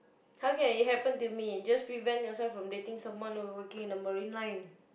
how can it happen to me just prevent yourself from dating someone who working in the marine line